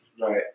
Right